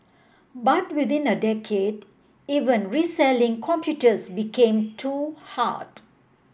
but within a decade even reselling computers became too hard